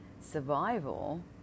survival